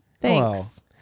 Thanks